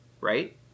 right